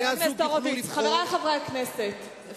אומר